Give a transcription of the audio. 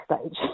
stage